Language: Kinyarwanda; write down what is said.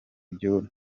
byo